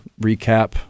recap